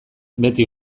beti